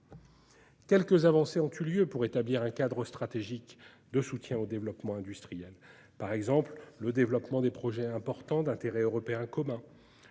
Quelques avancées ont eu lieu pour établir un cadre stratégique de soutien au développement industriel, par exemple la mise en oeuvre des projets importants d'intérêt européen commun.